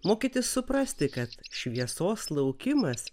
mokytis suprasti kad šviesos laukimas